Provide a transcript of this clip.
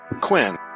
Quinn